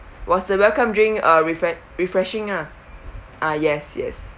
was the welcome drink uh refresh refreshing ah uh yes yes